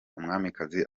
umwamikazi